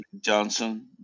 Johnson